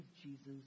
Jesus